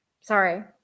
sorry